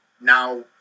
now